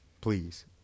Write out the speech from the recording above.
Please